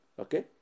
okay